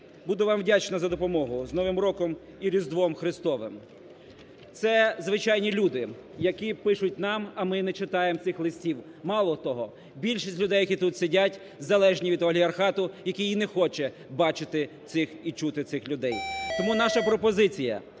Буду вам вдячна за допомогу. З Новим роком і Різдвом Христовим!" Це звичайні люди, які пишуть нам, а ми не читаємо цих листів. Малого того, більшість людей, які тут сидять, залежні від олігархату, який не хоче бачити цих і чути цих людей. Тому наша пропозиція: